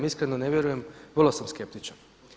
Iskreno ne vjeruje, vrlo sam skeptičan.